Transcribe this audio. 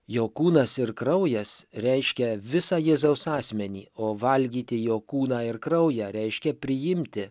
jo kūnas ir kraujas reiškia visą jėzaus asmenį o valgyti jo kūną ir kraują reiškia priimti